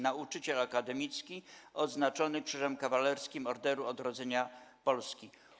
Nauczyciel akademicki, odznaczony Krzyżem Kawalerskim Orderu Odrodzenia Polski.